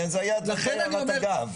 זאת הייתה הערת אגב.